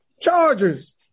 Chargers